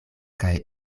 kaj